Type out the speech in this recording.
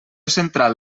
central